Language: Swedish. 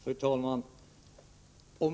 Fru talman!